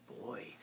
boy